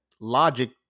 logic